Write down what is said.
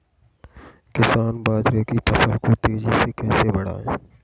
किसान बाजरे की फसल को तेजी से कैसे बढ़ाएँ?